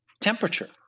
temperature